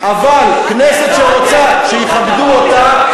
אבל כנסת שרוצה שיכבדו אותה,